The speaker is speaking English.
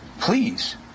please